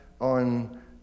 on